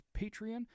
Patreon